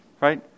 right